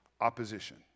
Opposition